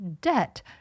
debt